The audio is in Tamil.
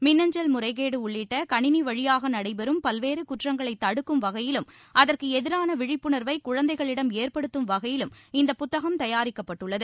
மின்னஞ்சல் முறைகேடு உள்ளிட்ட கணினி வழியாக நடைபெறும் பல்வேறு குற்றங்களை தடுக்கும் வகையில் அதற்கு எதிரான விழிப்புணாவை குழந்தைகளிடம் ஏற்படுத்தும் வகையிலும் இந்த புத்தகம் தயாரிக்கப்பட்டுள்ளது